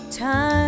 time